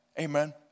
Amen